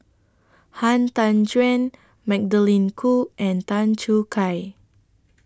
Han Tan Juan Magdalene Khoo and Tan Choo Kai